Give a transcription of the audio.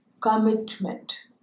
commitment